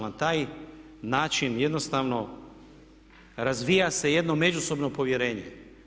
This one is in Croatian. Na taj način jednostavno razvija se jedno međusobno povjerenje.